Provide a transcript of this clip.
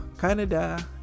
canada